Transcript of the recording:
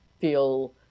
feel